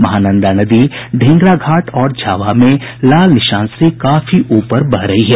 महानंदा नदी ढेंगरा घाट और झावा में लाल निशान से काफी ऊपर बह रही है